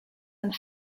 and